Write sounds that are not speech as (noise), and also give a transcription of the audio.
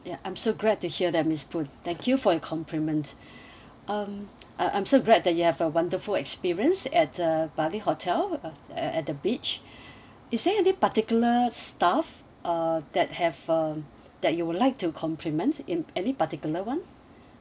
ya I'm so glad to hear that miss koon thank you for your compliment (breath) um I I'm so glad that you have a wonderful experience at uh bali hotel at at the beach is there any particular staff uh that have um that you would like to compliments in any particular one